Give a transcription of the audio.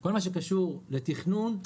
כל מה שקשור לתכנון,